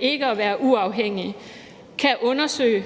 ikke at være uafhængige – kan undersøge,